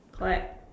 correct